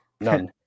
none